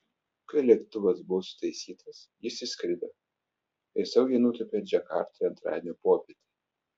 kai lėktuvas buvo sutaisytas jis išskrido ir saugiai nutūpė džakartoje antradienio popietę